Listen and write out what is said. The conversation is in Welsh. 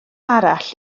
arall